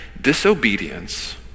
disobedience